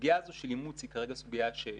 הסוגיה הזאת של אימוץ היא כרגע סוגיה שאנחנו